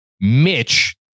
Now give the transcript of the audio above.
Mitch